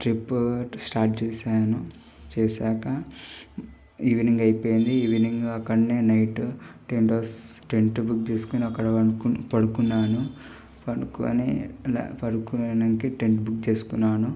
report start చేసాను చేసాక evening అయిపోయింది ఈవినింగ్ అక్కడే night tent house tent book చేసుకొని అక్కడ పడుకున్నాను పడుకొని పడుకోవడానికి టెంట్ బుక్ చేసుకున్నాను